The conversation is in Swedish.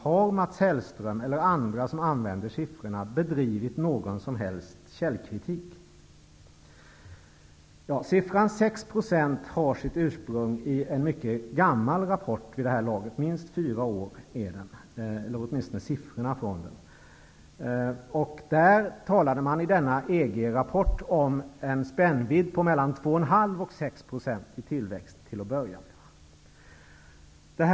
Har Mats Hellström eller andra som använder siffrorna bedrivit någon som helst källkritik? Siffran 6 % har sitt ursprung i en rapport som är mycket gammal vid det här laget. Den är minst fyra år -- åtminstone är siffrorna så gamla. I denna EG rapport talades det om en spännvidd på mellan 2,5 % och 6 % i tillväxt till att börja med.